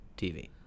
TV